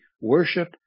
worship